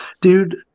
Dude